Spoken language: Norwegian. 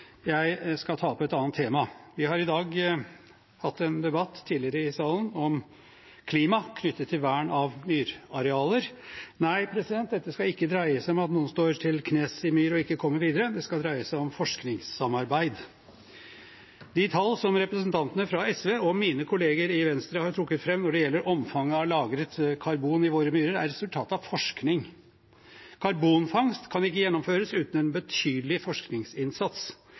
Jeg skal ta opp et annet tema. Vi har tidligere i dag hatt en debatt i salen om klima knyttet til vern av myrarealer. Og nei, dette skal ikke dreie seg om at noen står til knes i myr og ikke kommer videre, det skal dreie seg om forskningssamarbeid. De tall som representantene fra SV og mine kolleger i Venstre har trukket fram når det gjelder omfanget av lagret karbon i våre myrer, er resultatet av forskning. Karbonfangst kan ikke gjennomføres uten en betydelig forskningsinnsats.